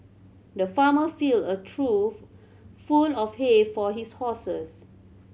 the farmer filled a trough full of hay for his horses